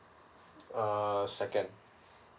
err second